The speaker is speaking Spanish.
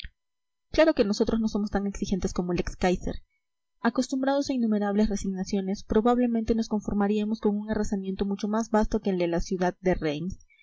claro que nosotros no somos tan exigentes como el ex káiser acostumbrados a innumerables resignaciones probablemente nos conformaríamos con un arrasamiento mucho más vasto que el de la ciudad de reims